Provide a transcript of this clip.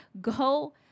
Go